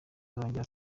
arongera